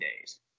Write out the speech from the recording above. days